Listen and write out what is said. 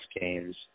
games